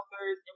authors